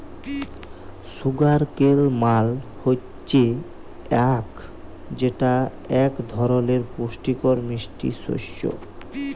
sugar cane মাল হচ্যে আখ যেটা এক ধরলের পুষ্টিকর মিষ্টি শস্য